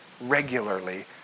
regularly